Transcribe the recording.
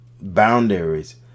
boundaries